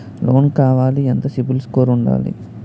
Loan కావాలి ఎంత CIBIL score ఉండాలి?